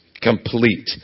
complete